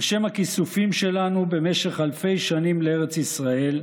על שם הכיסופים שלנו במשך אלפי שנים לארץ ישראל,